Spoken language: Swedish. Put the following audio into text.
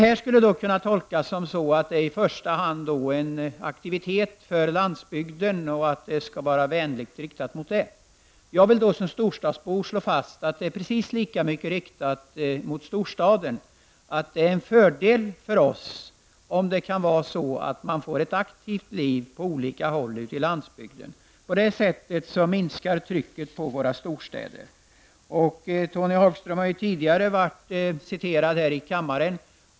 Man skulle kunna göra tolkningen att aktiviteten i första hand skulle vara riktad mot landsbygden. Men jag vill som storstadsbo slå fast att aktiviteten är precis lika mycket riktad mot storstaden. Det är en fördel om man kan få ett aktivt liv på olika håll i landsbygden. På detta sätt minskar trycket mot våra storstäder. Tony Hagström har tidigare citerats här i kammaren.